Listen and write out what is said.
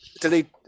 delete